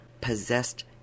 possessed